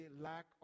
lack